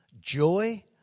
joy